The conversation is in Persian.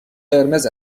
قرمز